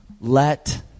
Let